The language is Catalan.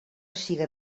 siga